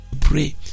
Pray